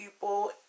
people